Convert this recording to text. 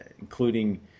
including